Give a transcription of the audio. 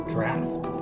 Draft